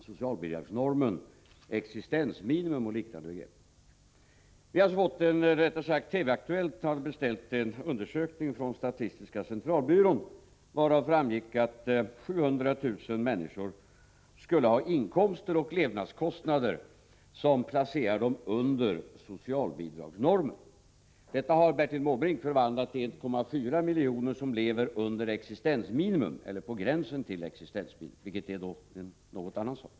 Herr talman! Låt mig börja med att i någon mån klargöra vad det är vi talar om när vi diskuterar socialbidragsnormen, existensminimum och liknande begrepp. TV-Aktuellt har beställt en undersökning från statistiska centralbyrån, varav framgick att 700 000 människor skulle ha inkomster och levnadskostnader som placerar dem under socialbidragsnormen. Detta har Bertil Måbrink förvandlat till 1,4 miljoner som lever under existensminimum eller på gränsen till existensminimum, vilket är en något annan sak.